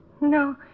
No